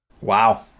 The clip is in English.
Wow